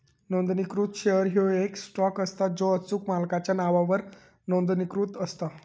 नोंदणीकृत शेअर ह्यो येक स्टॉक असता जो अचूक मालकाच्या नावावर नोंदणीकृत असता